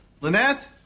Lynette